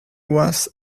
was